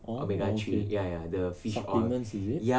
orh oh okay supplements is it